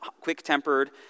quick-tempered